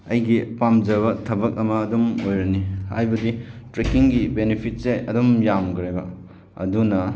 ꯑꯩꯒꯤ ꯄꯥꯝꯖꯕ ꯊꯕꯛ ꯑꯃ ꯑꯗꯨꯝ ꯑꯣꯏꯔꯅꯤ ꯍꯥꯏꯕꯗꯤ ꯇ꯭ꯔꯦꯛꯀꯤꯡꯒꯤ ꯕꯦꯅꯤꯐꯤꯠꯁꯦ ꯑꯗꯨꯝ ꯌꯥꯝꯈ꯭ꯔꯦꯕ ꯑꯗꯨꯅ